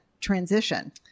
transition